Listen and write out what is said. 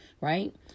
right